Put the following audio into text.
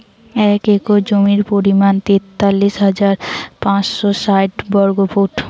এক একর জমির পরিমাণ তেতাল্লিশ হাজার পাঁচশ ষাইট বর্গফুট